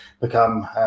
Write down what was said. become